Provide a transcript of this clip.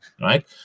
right